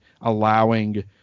allowing